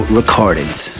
recordings